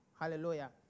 Hallelujah